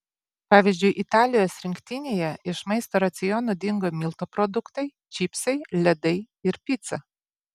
pavyzdžiui italijos rinktinėje iš maisto raciono dingo miltų produktai čipsai ledai ir pica